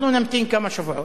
אנחנו נמתין כמה שבועות,